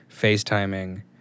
FaceTiming